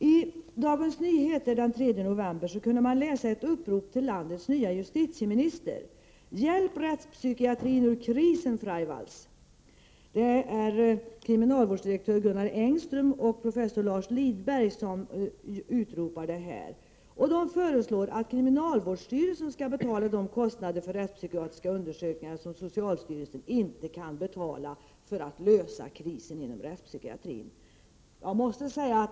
I Dagens Nyheter den 3 november kunde man läsa ett upprop till landets nya justitieminister: ”Hjälp rättspsykiatrin ur krisen, Freivalds!” Detta upprop skrevs av kriminalvårdsdirektör Gunnar Engström och professor Lars Lidberg. De föreslår att kriminalvårdsstyrelsen skall betala de kostnader för rättspsykiatriska undersökningar som socialstyrelsen inte kan betala för att lösa krisen inom rättspsykiatrin.